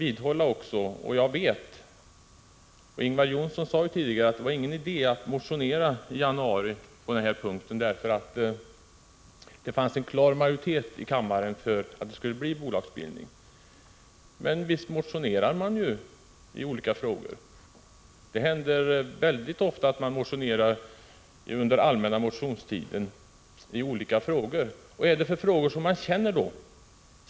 Ingvar Johnsson sade tidigare att det inte var någon idé att motionera på den här punkten i januari, eftersom det fanns en klar majoritet i kammaren för en bolagsbildning. Men visst motionerar man i olika frågor! Det händer mycket ofta att man gör det, särskilt när det gäller frågor som man känner för.